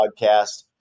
podcast